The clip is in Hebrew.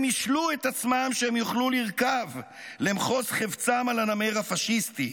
הם השלו את עצמם שהם יוכלו לרכוב למחוז חפצם על הנמר הפשיסטי,